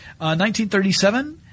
1937